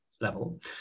level